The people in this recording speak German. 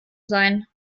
sein